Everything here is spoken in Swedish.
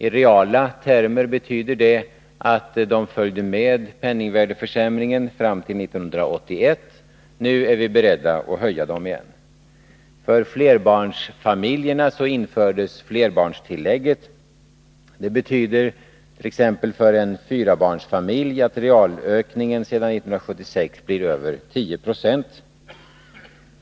I reala termer betyder det att det följde med penningvärdeförsämringen fram till 1981. Nu är vi beredda att höja det igen. För flerbarnsfamiljerna infördes flerbarnstillägget. Det betyder för t.ex. en fyrbarnsfamilj att realökningen sedan 1976 blir över 10 90.